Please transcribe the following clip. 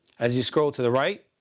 as you scroll to the right,